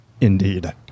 Indeed